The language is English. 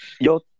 yo